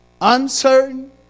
uncertain